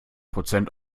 prozent